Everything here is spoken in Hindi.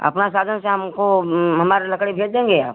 अपना साधन से हमको हमारा लकड़ी भेज देंगे आप